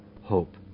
hope